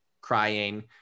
crying